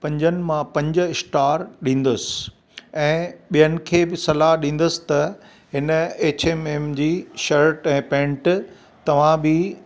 पंजनि मां पंज स्टार ॾींदुसि ऐं ॿियनि खे बि सलाह ॾींदुस त हिन H M M G shirt ऐं पेंट तव्हां बि